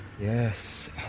Yes